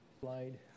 slide